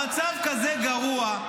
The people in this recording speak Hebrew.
המצב כזה גרוע,